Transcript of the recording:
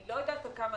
אני לא יודעת כמה,